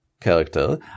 character